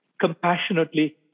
compassionately